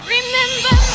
Remember